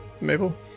Mabel